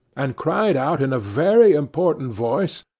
and cried out in a very important voice,